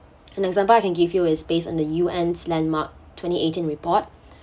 an example I can give you is based on the U_N's landmark twenty eighteenth report